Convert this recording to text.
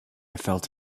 felt